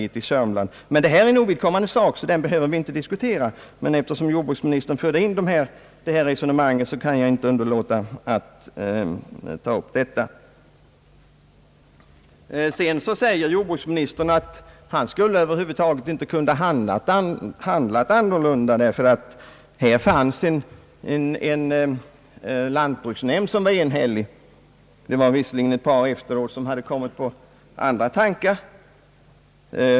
Nu är ju detta en ovidkommande sak som vi inte behöver diskutera, men eftersom jordbruksministern förde in resonemanget härom har jag inte kunnat underlåta att ia upp det. Sedan säger jordbruksministern att han över huvud taget inte skulle ha kunnat handla annorlunda, därför att lantbruksnämnden i detta fall var enhällig — visserligen hade ett par ledamöter efteråt kommit på andra tankar.